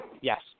Yes